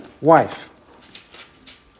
wife